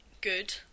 good